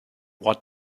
what